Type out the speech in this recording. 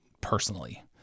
personally